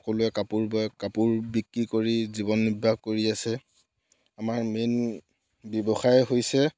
সকলোৱে কাপোৰ বয় কাপোৰ বিক্ৰী কৰি জীৱন নিৰ্বাহ কৰি আছে আমাৰ মেইন ব্যৱসায় হৈছে